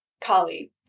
Kali